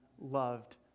loved